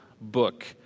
book